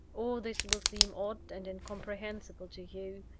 all this will seem odd and incomprehensible to you.